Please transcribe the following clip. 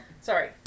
Sorry